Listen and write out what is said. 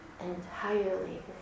entirely